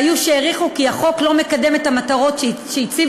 היו שהעריכו כי החוק לא מקדם את המטרות שהציב